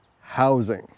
housing